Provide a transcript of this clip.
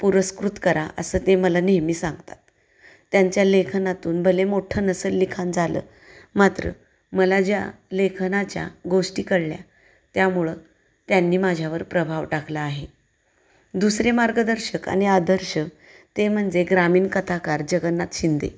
पुरस्कृत करा असं ते मला नेहमी सांगतात त्यांच्या लेखनातून भले मोठं नसले लिखाण झालं मात्र मला ज्या लेखनाच्या गोष्टी कळल्या त्यामुळं त्यांनी माझ्यावर प्रभाव टाकला आहे दुसरे मार्गदर्शक आणि आदर्श ते म्हणजे ग्रामीण कथाकार जगन्नाथ शिंदे